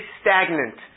stagnant